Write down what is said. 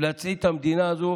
להצעיד את המדינה הזאת